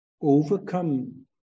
overcome